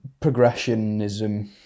progressionism